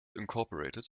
inc